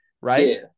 Right